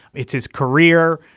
it's his career.